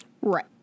Right